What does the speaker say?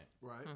Right